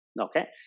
Okay